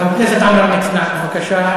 חבר הכנסת עמרם מצנע, בבקשה.